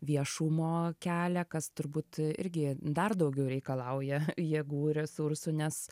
viešumo kelią kas turbūt irgi dar daugiau reikalauja jėgų resursų nes